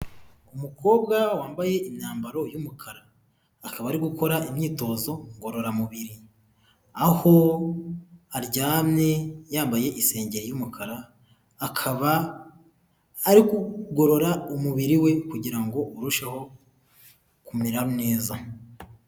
Umukobwa wambaye imyambaro y'umukara akaba ari gukora imyitozo ngororamubiri aho aryamye yambaye isengeri y'umukara akaba ari kugorora umubiri we kugira ngo urusheho kumera neza.